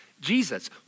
Jesus